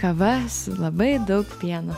kava su labai daug pieno